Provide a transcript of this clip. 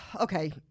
Okay